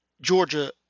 Georgia